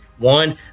One